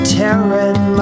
tearing